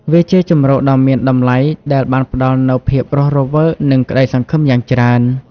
វាជាជម្រកដ៏មានតម្លៃដែលបានផ្តល់នូវភាពរស់រវើកនិងក្ដីសង្ឃឹមយ៉ាងច្រើន។